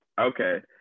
Okay